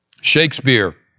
Shakespeare